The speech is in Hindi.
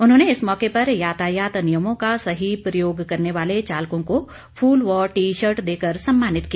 उन्होंने इस मौके पर यातायात नियमों का सही प्रयोग करने वाले चालकों को फूल और टी शर्ट देकर सम्मानित किया